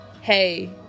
hey